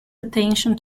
attention